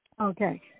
Okay